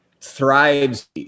Thrives